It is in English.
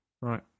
Right